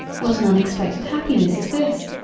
what an unexpected happiness is this!